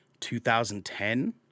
2010